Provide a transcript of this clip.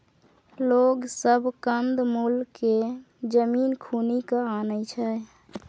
लोग सब कंद मूल केँ जमीन खुनि केँ आनय छै